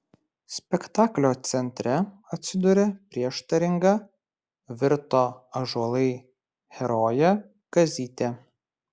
spektaklio centre atsiduria prieštaringa virto ąžuolai herojė kazytė